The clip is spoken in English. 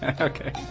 Okay